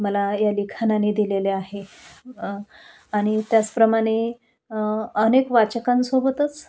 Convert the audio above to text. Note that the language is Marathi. मला या लिखाणाने दिलेले आहे आणि त्याचप्रमाणे अनेक वाचकांसोबतच